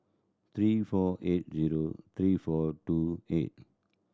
three four eight zero three four two eight